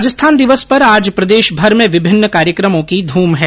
राजस्थान दिवस पर आज प्रदेशभर में विभिन्न कार्यक्रमों की धूम है